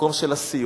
במקום של הסיוע,